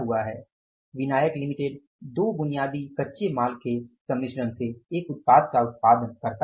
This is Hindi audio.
विनायक लिमिटेड दो बुनियादी कच्चे माल के सम्मिश्रण से एक उत्पाद का उत्पादन करता है